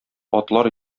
атлар